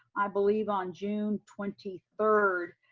i believe on june twenty third.